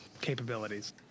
capabilities